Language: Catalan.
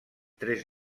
tres